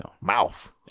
mouth